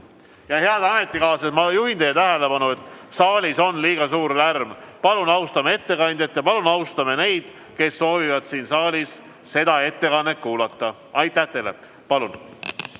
Head ametikaaslased, ma juhin teie tähelepanu, et saalis on liiga suur lärm. Palun austame ettekandjat ja palun austame neid, kes soovivad siin saalis seda ettekannet kuulata. Aitäh teile! Aitäh,